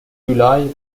جولای